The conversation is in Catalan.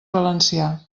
valencià